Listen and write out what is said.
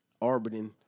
orbiting